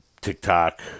TikTok